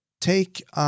Take